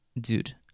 Dude